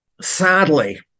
Sadly